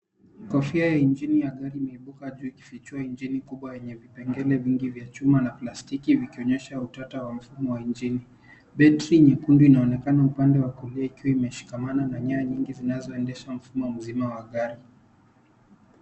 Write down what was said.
Kofia ya injini ya gari imebuka juu ikifichua injini kubwa yenye vipengele vingi vya chuma na plastiki, vikionyesha utata wa mfumo wa injini. Betri nyekundu inaonekana upande wa kulia ikiwa imeshikamana na nyaya nyingi zinazoendesha mfumo mzima wa gari.